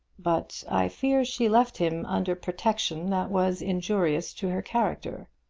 but i fear she left him under protection that was injurious to her character.